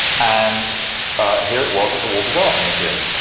and here it was at the walters art museum.